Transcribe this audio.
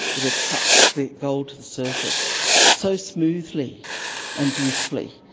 it attracts the gold to the surface so smoothly and beautifully.